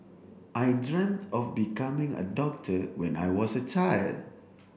I dreamt of becoming a doctor when I was a child